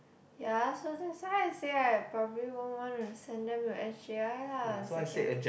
ya so so so how you say I probably won't want to send them to s_j_i lah in second